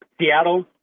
Seattle